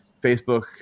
facebook